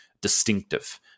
distinctive